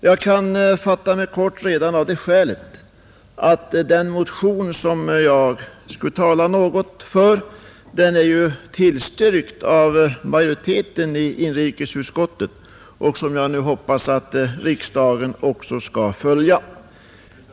Jag kan fatta mig kort redan av det skälet att den motion som jag skall tala något för är tillstyrkt av inrikesutskottets majoritet, och jag hoppas att riksdagen nu också skall följa utskottets hemställan.